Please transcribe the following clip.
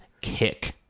kick